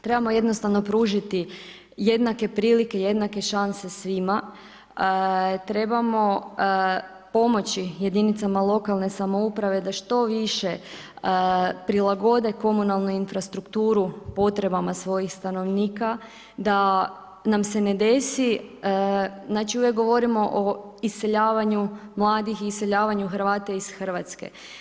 Trebamo jednostavno pružiti jednake prilike, jednake šanse svima, trebamo pomoći jedinicama lokalne samouprave da što više prilagode komunalnu infrastrukturu potrebama svojih stanovnika, da nam se ne desi, znači uvijek govorimo o iseljavanju mladih, iseljavanju Hrvata iz Hrvatske.